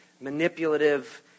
manipulative